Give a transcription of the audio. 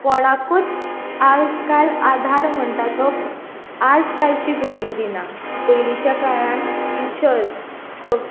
कोणाकूच आयज काल आधार म्हणटा तो आज कालचीं भुरगीं दिनात पयलींच्या काळांत टिचर्स सग